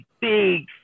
big